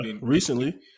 Recently